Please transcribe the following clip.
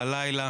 בלילה,